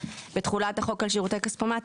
בתחולת החוק על שירותי כספומט,